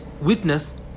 witness